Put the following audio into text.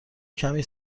کمی